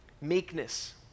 Meekness